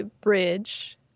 bridge